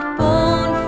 born